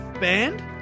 band